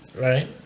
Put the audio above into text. Right